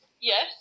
Yes